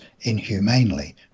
inhumanely